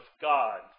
God